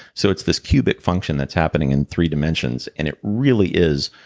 so it's this cubic function that's happening in threedimensions, and it really is.